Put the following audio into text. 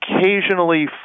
occasionally